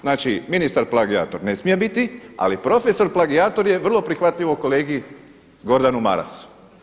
Znači ministar plagijator ne smije biti, ali profesor plagijator je vrlo prihvatljivo kolegi Gordanu Marasu.